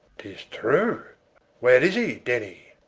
tis true where is he denny?